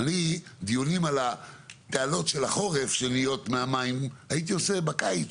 על התעלות של החורף הייתי עושה בקיץ.